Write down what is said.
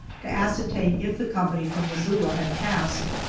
to ascertain if the company from missoula had passed.